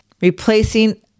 replacing